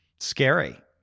Scary